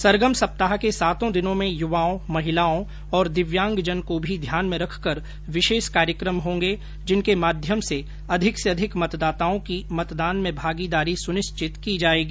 सरगम सप्ताह के सातों दिनों में युवाओं महिलाओं और दिव्यांगजन को भी ध्यान में रखकर विशेष कार्यक्रम होंगे जिनके माध्यम से अधिक से अधिक मतदाताओं की मतदान में भागीदारी सुनिश्चित की जायेगी